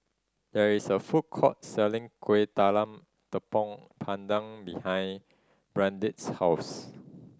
there is a food court selling Kuih Talam Tepong Pandan behind Brandin's house